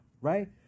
right